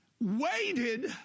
waited